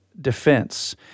defense